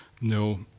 no